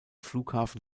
flughafen